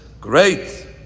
great